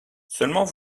seulement